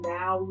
now